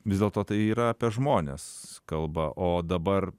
vis dėlto tai yra apie žmones kalba o dabar